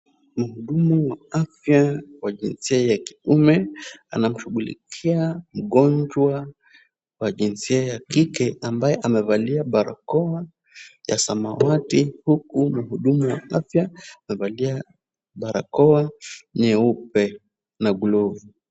Mhudumu wa afya wa jinsia ya kiume, anamshughulikia mgonjwa wa jinsia ya kike ambaye amevalia barakoa ya samawati huku mhudumu wa afya amevalia barakoa nyeupe na glovu.